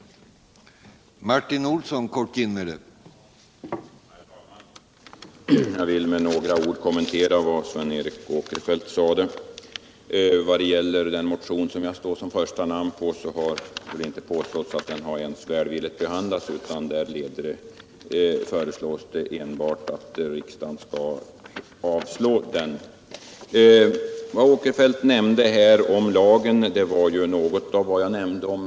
: 160